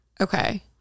Okay